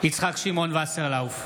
יצחק שמעון וסרלאוף,